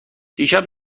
دیشب